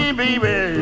baby